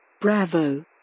Bravo